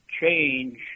change